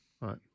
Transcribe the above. Right